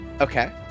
Okay